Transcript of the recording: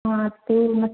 हाँ तो मत